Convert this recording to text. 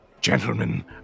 gentlemen